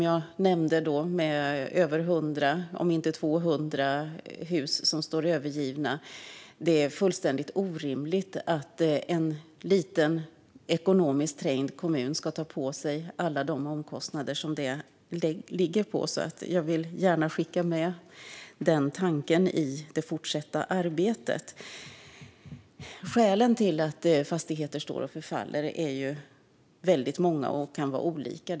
Jag nämnde den lilla kommunen med upp till 200 övergivna hus, och det är fullständigt orimligt att en liten, ekonomiskt trängd kommun ska ta på sig alla omkostnaderna för det. Låt mig skicka med den tanken i det fortsatta arbetet. Skälen till att fastigheter står och förfaller är många och olika.